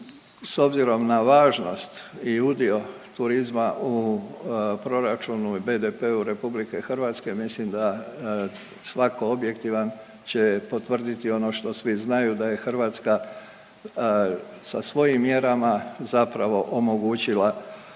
s obzirom na važnost i udio turizma u proračunu i BDP-u RH, mislim da svako objektivan će potvrditi ono što svi znaju, da je Hrvatska sa svojim mjerama zapravo omogućila da